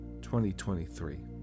2023